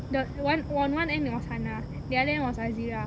the one on one end was hannah the other end was azirah